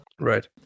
Right